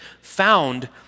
found